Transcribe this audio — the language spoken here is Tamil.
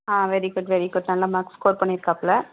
ஆ வெரி குட் வெரி குட் நல்ல மார்க் ஸ்கோர் பண்ணிர்க்காப்பில